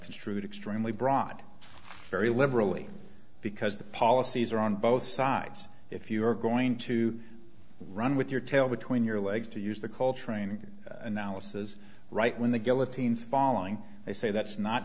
construed extremely broad very liberally because the policies are on both sides if you're going to run with your tail between your legs to use the culture a new analysis right when the guillotine is falling they say that's not